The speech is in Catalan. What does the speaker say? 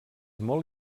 molt